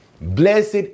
Blessed